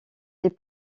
les